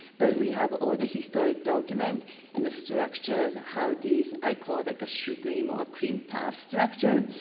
but we have all the historic document and the structures, how these, i call the cashew cream or cream puff structure.